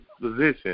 position